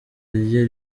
rye